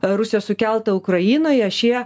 rusijos sukeltą ukrainoje šie